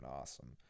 awesome